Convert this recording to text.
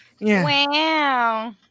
wow